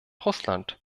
russland